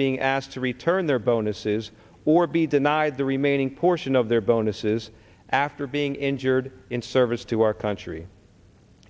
being asked to return their bonuses or be denied the remaining portion of their bonuses after being injured in service to our country